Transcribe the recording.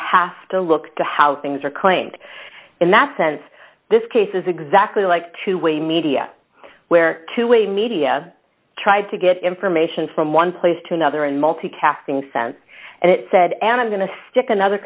have to look to how things are claimed in that sense this case is exactly like two way media where to a media tried to get information from one place to another in multicasting sense and it said and i'm going to stick another